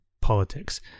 politics